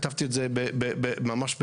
כתבתי את זה ממש בתמצית,